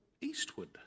eastward